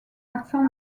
accent